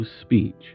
speech